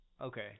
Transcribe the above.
Okay